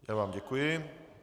Já vám děkuji.